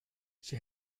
she